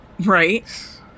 right